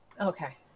okay